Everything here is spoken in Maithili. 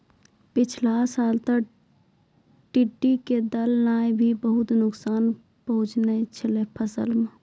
पिछला साल तॅ टिड्ढी के दल नॅ भी बहुत नुकसान पहुँचैने छेलै फसल मॅ